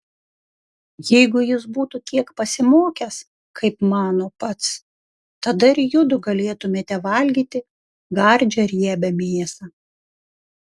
jeigu jis būtų tiek pasimokęs kaip mano pats tada ir judu galėtumėte valgyti gardžią riebią mėsą